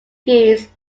geese